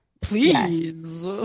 please